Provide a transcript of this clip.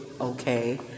okay